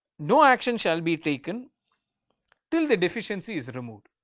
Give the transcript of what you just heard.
no action shall be taken till the deficiency is removed.